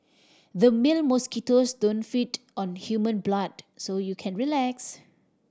the male mosquitoes don't feed on human blood so you can relax